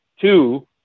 two